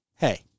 hey